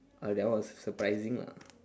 ah that one was surprising lah